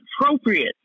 appropriate